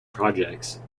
projects